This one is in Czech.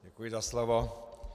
Děkuji za slovo.